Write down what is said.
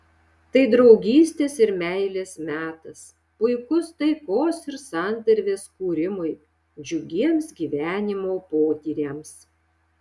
tai draugystės ir meilės metas puikus taikos ir santarvės kūrimui džiugiems gyvenimo potyriams